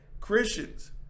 Christians